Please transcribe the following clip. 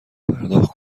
پرداخت